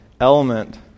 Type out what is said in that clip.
element